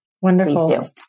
Wonderful